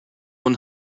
one